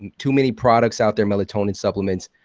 too many products out there, melatonin supplements,